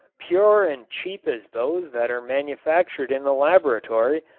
pure and cheap as those that are manufactured in the laboratory.